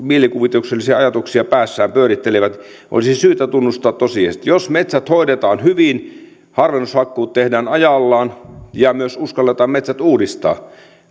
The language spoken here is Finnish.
mielikuvituksellisia ajatuksia päässään pyörittelevät olisi syytä tunnustaa tosiasiat jos metsät hoidetaan hyvin harvennushakkuut tehdään ajallaan ja myös uskalletaan metsät uudistaa